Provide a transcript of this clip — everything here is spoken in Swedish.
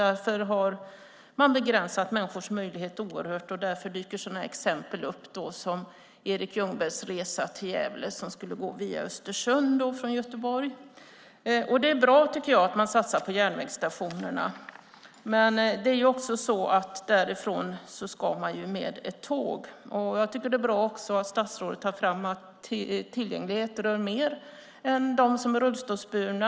Därför har man begränsat människors möjligheter oerhört, och därför dyker sådana exempel som Erik Ljungbergs resa från Göteborg via Östersund till Gävle upp. Jag tycker att det är bra att man satsar på järnvägsstationerna, men man ska ju vidare därifrån med ett tåg. Jag tycker också att det är bra att statsrådet tar fram att tillgänglighet rör fler än de rullstolsburna.